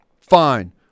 fine